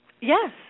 Yes